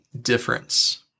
difference